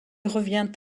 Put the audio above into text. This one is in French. revient